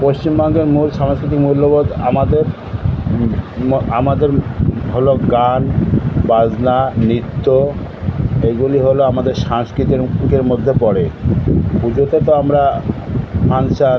পশ্চিমবঙ্গের মূল সাংস্কৃতিক মূল্যবোধ আমাদের বা আমাদের হল গান বাজনা নৃত্য এগুলি হল আমাদের সংস্কৃতির পুজোর মধ্যে পড়ে পুজোতে তো আমরা ফাংশন